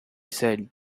said